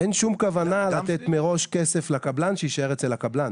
אין שום כוונה לתת מראש כסף לקבלן שיישאר אצל הקבלן.